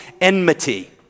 enmity